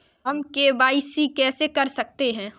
हम के.वाई.सी कैसे कर सकते हैं?